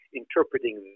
interpreting